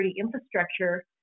infrastructure